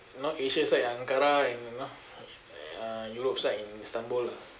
north asia side ankara and you know uh europe side in istanbul lah